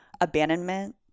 abandonment